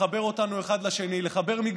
לחבר אותנו אחד לשני,